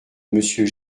monsieur